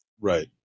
right